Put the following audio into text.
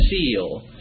seal